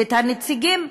ואת הנציגים,